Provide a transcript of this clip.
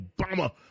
Obama